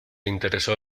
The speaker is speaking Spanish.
interesó